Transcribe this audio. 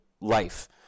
life